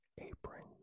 apron